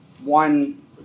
one